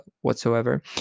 whatsoever